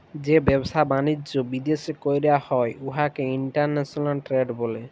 যে ব্যবসা বালিজ্য বিদ্যাশে ক্যরা হ্যয় উয়াকে ইলটারল্যাশলাল টেরেড ব্যলে